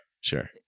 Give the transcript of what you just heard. Sure